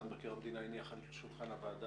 מבקר המדינה הניח על שולחן הוועדה,